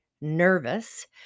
nervous